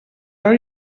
are